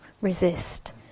resist